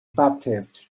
baptist